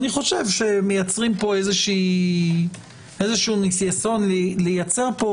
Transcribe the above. אני חושב שמייצרים פה ניסיון לייצר פה